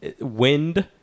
wind